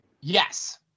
Yes